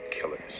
killers